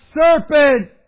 serpent